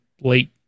late